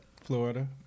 florida